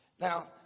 Now